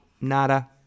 Nada